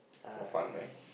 for fun meh